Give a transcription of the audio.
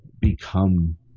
become